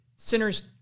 Sinner's